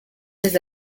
des